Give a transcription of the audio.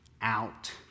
out